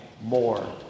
more